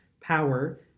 power